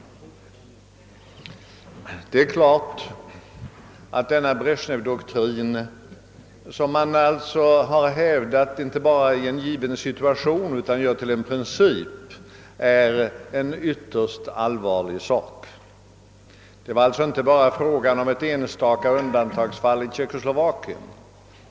Självfallet är denna doktrin, som man alltså inte bara hävdat i en given situation utan också gör till en princip, en ytterst allvarlig sak. Ingripandet i Tjeckoslovakien var alltså inte bara ett enstaka undantagsfall.